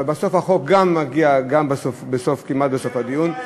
אבל בסוף החוק גם מגיע כמעט בסוף הדיון,